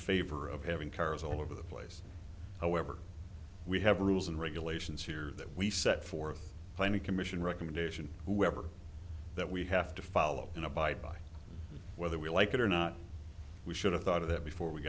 favor of having cars all over the place however we have rules and regulations here that we set forth planning commission recommendation whoever that we have to follow and abide by whether we like it or not we should have thought of it before we